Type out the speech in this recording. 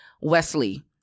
Wesley